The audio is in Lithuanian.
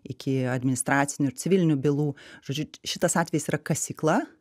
iki administracinių ir civilinių bylų žodžiu šitas atvejis yra kasykla